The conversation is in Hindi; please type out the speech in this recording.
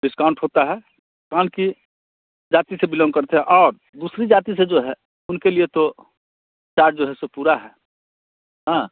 डिस्काउंट होता है माने कि जाति से बिलॉन्ग करते हो और दूसरी जाति से जो है उनके लिए तो चार्ज जो है सो पूरा है हाँ